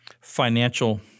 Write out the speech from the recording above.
financial